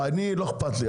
אני לא אכפת לי,